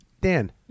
Dan